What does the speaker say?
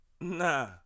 nah